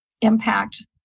impact